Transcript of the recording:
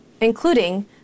including